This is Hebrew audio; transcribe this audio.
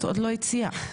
מציע,